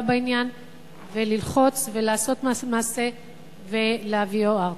בעניין וללחוץ ולעשות מעשה ולהביאו ארצה.